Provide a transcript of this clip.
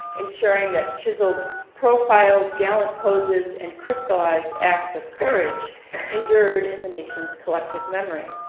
ensuring that chiseled profiles, gallant poses, and crystallized acts of courage endured in the nation's collective memory.